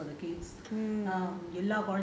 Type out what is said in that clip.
in india there is no schools for the kids